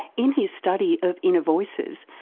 in his study of inner voices,